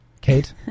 Kate